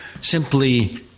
simply